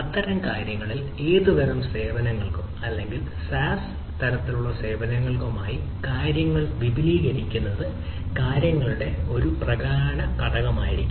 അത്തരം കാര്യങ്ങളിൽ ഏത് തരത്തിലുള്ള സേവനങ്ങൾക്കും അല്ലെങ്കിൽ XaaS തരത്തിലുള്ള സേവനങ്ങൾക്കുമായി കാര്യങ്ങൾ വിപുലീകരിക്കുന്നത് കാര്യങ്ങളുടെ ഒരു പ്രധാന ഘടകമായിരിക്കാം